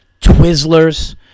Twizzlers